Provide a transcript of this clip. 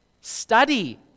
study